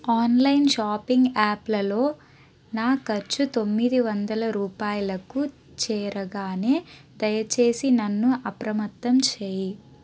online shopping యాప్లలో నా ఖర్చు తొమ్మిది వందలు రూపాయలకు చేరగానే దయచేసి నన్ను అప్రమత్తం చేయి